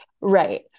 right